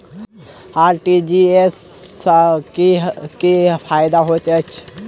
RTGS सँ की फायदा होइत अछि?